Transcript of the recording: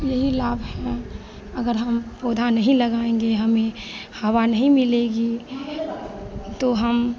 यही लाभ है अगर हम पौधा नहीं लगाएंगे हमें हवा नहीं मिलेगी तो हम